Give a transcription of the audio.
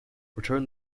return